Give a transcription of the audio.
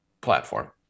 platform